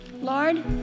Lord